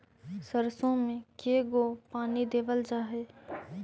सरसों में के गो पानी देबल जा है?